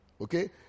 Okay